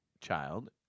child